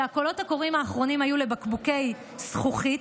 והקולות הקוראים האחרונים היו לבקבוקי זכוכית,